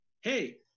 hey